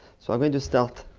so i'm going to start